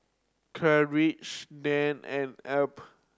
Carleigh Diann and Elby